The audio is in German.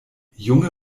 junge